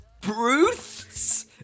Bruce